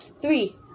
Three